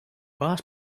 boss